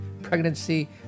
pregnancy